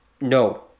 No